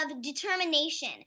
determination